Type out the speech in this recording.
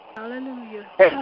Hallelujah